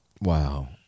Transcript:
Wow